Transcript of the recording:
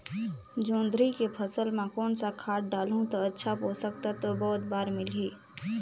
जोंदरी के फसल मां कोन सा खाद डालहु ता अच्छा पोषक तत्व पौध बार मिलही?